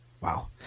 wow